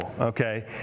okay